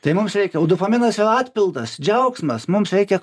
tai mums reikia o dopaminas atpildas džiaugsmas mums reikia